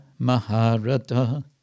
Maharata